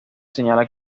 señala